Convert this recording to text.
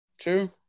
True